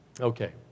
Okay